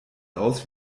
aus